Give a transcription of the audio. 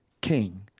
king